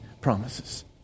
promises